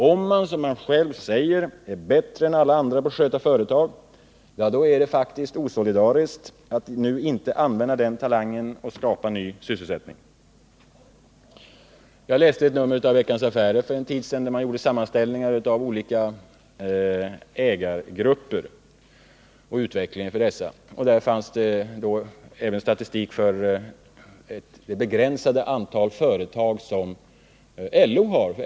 Om man, som man själv säger, är bättre än alla andra på att sköta företag, är det faktiskt osolidariskt att inte använda den talangen och skapa ny sysselsättning. Jag läste för en tid sedan ett nummer av Veckans Affärer, där man gjort sammanställningar av olika ägargrupper och utvecklingen för dessa. Där fanns även statistik för det begränsade antal företag som LO har.